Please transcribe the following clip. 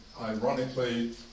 ironically